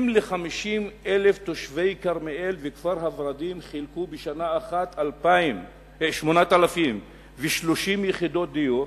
אם ל-50,000 תושבי כרמיאל וכפר-ורדים חילקו בשנה אחת 8,030 יחידות דיור,